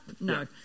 No